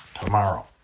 tomorrow